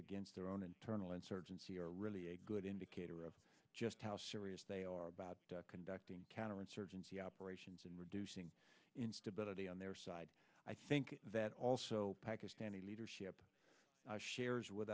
against their own internal insurgency are really a good indicator of just how serious they are about conducting counterinsurgency operations and reducing instability on their side i think that also pakistani leadership shares with